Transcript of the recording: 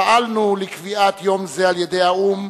פעלנו לקביעת יום זה על-ידי האו"ם,